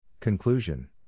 Conclusion